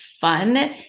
fun